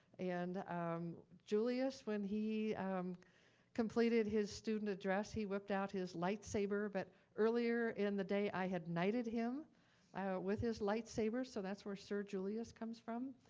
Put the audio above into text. and um julius, when he completed his student address, he whipped out his light saber, but earlier in the day, i had knighted him with his light saber, so that's where sir julius comes from.